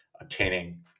obtaining